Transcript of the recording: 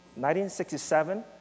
1967